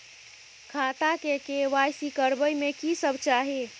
खाता के के.वाई.सी करबै में की सब चाही?